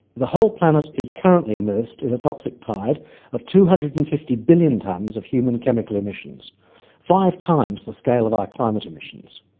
the whole planet is currently immersed in a toxic tide of two hundred and fifty billion tonnes of human chemical emissions five times the scale of our climate emissions.